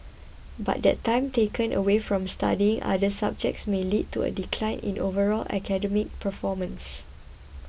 but the time taken away from studying other subjects may lead to a decline in overall academic performance